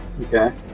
Okay